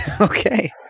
Okay